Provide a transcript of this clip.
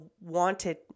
wanted